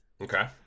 Okay